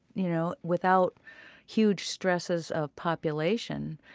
you know without huge stresses of population.